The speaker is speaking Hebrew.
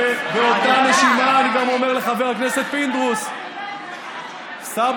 ובאותה נשימה אני אומר גם לחבר הכנסת פינדרוס: סבא